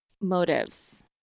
motives